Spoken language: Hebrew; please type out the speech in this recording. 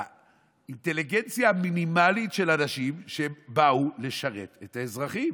באינטליגנציה המינימלית של אנשים שבאו לשרת את האזרחים.